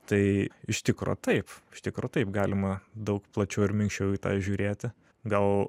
tai iš tikro taip iš tikro taip galima daug plačiau ir minkščiau į tą žiūrėti gal